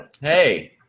Hey